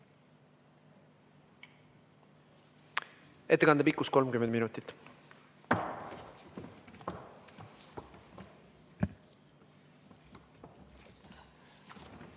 Ettekande pikkus on 30 minutit.